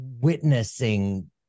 witnessing